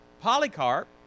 Polycarp